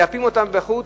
מייפים אותם מבחוץ,